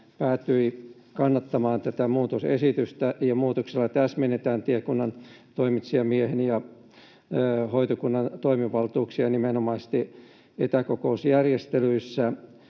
päätyi kannattamaan. Muutoksella täsmennetään tiekunnan toimitsijamiehen ja hoitokunnan toimivaltuuksia nimenomaisesti etäkokousjärjestelyissä,